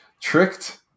Tricked